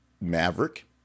Maverick